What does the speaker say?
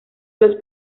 los